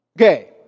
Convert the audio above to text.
Okay